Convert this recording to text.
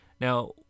Now